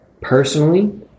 Personally